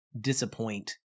disappoint